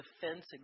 defense